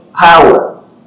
power